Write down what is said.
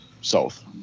south